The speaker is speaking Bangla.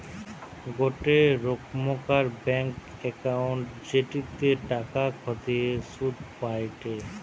গোটে রোকমকার ব্যাঙ্ক একউন্ট জেটিতে টাকা খতিয়ে শুধ পায়টে